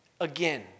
again